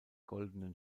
goldenen